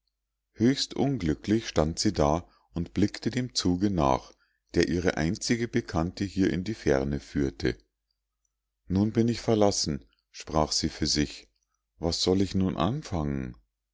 höchst unglücklich stand sie da und blickte dem zuge nach der ihre einzige bekannte hier in die ferne führte nun bin ich verlassen sprach sie für sich was soll ich nun anfangen